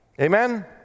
Amen